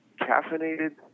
caffeinated